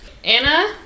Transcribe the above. Anna